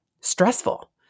stressful